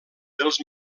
dels